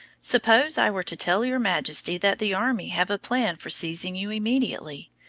suppose i were to tell your majesty that the army have a plan for seizing you immediately,